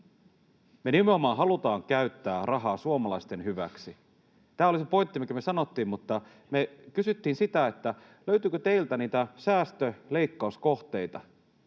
Me nimenomaan halutaan käyttää rahaa suomalaisten hyväksi, tämä oli se pointti, mikä me sanottiin, mutta me kysyttiin sitä, löytyykö teiltä niitä säästö-, leikkauskohteita,